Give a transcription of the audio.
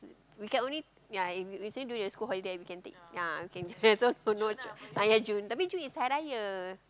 we can only ya in usually during the school holiday we can take ya we can just ah ya June tetapi June is Hari-Raya